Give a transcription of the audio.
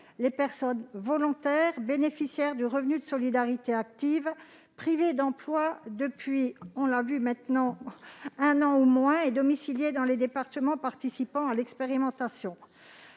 les personnes volontaires bénéficiaires du revenu de solidarité active privées d'emploi depuis un an ou moins et domiciliées dans les départements participant à l'expérimentation.